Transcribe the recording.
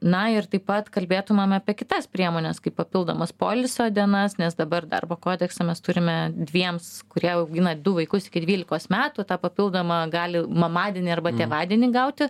na ir taip pat kalbėtumėm apie kitas priemones kaip papildomas poilsio dienas nes dabar darbo kodekse mes turime dviems kurie augina du vaikus iki dvylikos metų tą papildomą gali mamadienį arba tėvadienį gauti